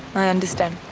i understand.